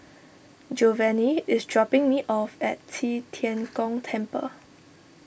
Giovanny is dropping me off at Qi Tian Gong Temple